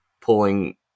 pulling